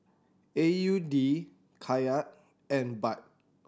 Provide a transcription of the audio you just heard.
A U D Kyat and Baht